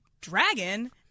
Dragon